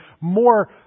more